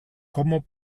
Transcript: como